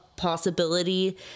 Possibility